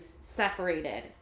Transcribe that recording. separated